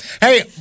Hey